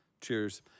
Cheers